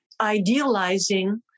Idealizing